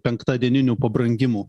penktadieninių pabrangimų